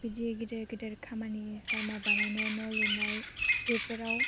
बिदि गेदेर गेदेर खामानि लामा बानायनाय न' लुनाय बेफोराव